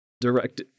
direct